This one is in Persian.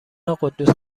قدوس